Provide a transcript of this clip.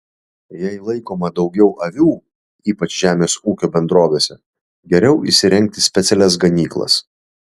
jei laikoma daugiau avių ypač žemės ūkio bendrovėse geriau įsirengti specialias ganyklas